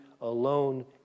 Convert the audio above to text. alone